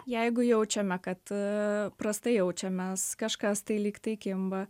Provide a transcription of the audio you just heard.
jeigu jaučiame kad prastai jaučiamės kažkas tai lygtai kimba